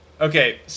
Okay